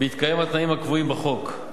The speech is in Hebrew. בהתקיים התנאים הקבועים בחוק.